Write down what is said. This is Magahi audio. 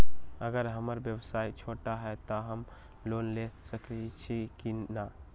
अगर हमर व्यवसाय छोटा है त हम लोन ले सकईछी की न?